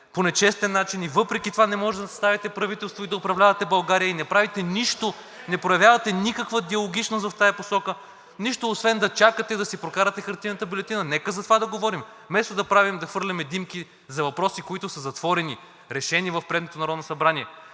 по нечестен начин и въпреки това не може да съставите правителство и да управлявате България, и не правите нищо, не проявявате никаква диалогичност в тази посока? Нищо, освен да чакате да си прокарате хартиената бюлетина. Нека за това да говорим, вместо да хвърляме димки за въпроси, които са затворени, решени в предното Народно събрание.